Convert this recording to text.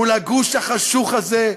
מול הגוש החשוך הזה,